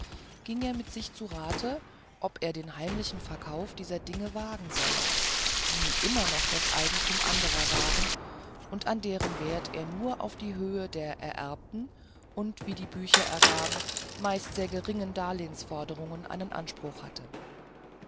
ging er mit sich zu rate ob er den heimlichen verkauf dieser dinge wagen solle die immer noch das eigentum anderer waren und an deren wert er nur auf höhe der ererbten und wie die bücher ergaben meist sehr geringen darlehnsforderung einen anspruch hatte